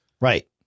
right